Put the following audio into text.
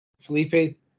Felipe